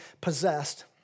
possessed